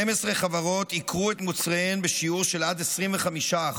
12 חברות ייקרו את מוצריהן בשיעור של עד 25%,